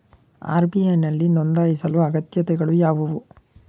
RBI ನಲ್ಲಿ ನೊಂದಾಯಿಸಲು ಅಗತ್ಯತೆಗಳು ಯಾವುವು?